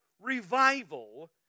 revival